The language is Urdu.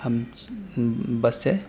ہم بس سے